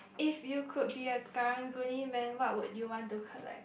if you could be a Karang-Guni man what would you want to collect